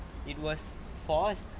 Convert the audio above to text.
it was forced